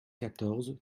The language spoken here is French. quatorze